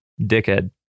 Dickhead